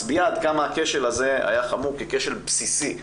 מצביעה עד כמה הכשל הזה היה חמור ככשל בסיסי,